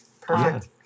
Perfect